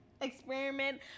experiment